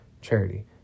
Charity